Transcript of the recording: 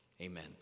Amen